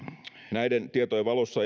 näiden tietojen valossa